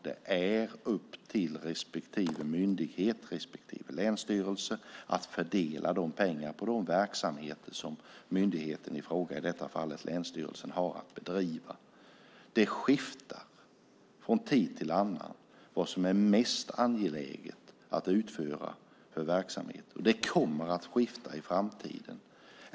Det är upp till respektive myndighet, respektive länsstyrelse, att fördela pengarna på de verksamheter som myndigheten i fråga, i detta fall länsstyrelsen, har att bedriva. Det skiftar från tid till annan vilken verksamhet som är mest angelägen att utföra, och det kommer att skifta i framtiden.